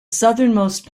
southernmost